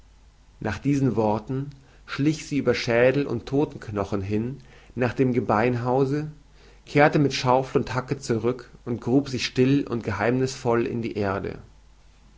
nach diesen worten schlich sie über schädel und todtenknochen hin nach dem gebeinhause kehrte mit schaufel und hacke zurück und grub sich still und geheimnißvoll in die erde